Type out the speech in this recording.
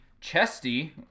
chesty